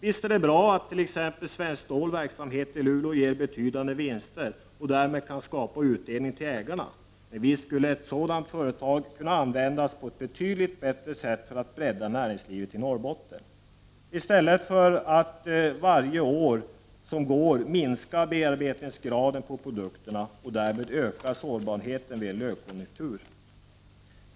Visst är det bra att t.ex. Svenskt Ståls verksamhet i Luleå ger betydande vinster och därmed kan skapa utdelning till ägarna, men ett sådant företag skulle kunna användas för att på ett betydligt bättre sätt bredda näringslivet i Norrbotten, i stället för att varje år som går minska bearbetningsgraden på produkterna och därmed öka sårbarheten vid en lågkonjunktur.